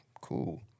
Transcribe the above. cool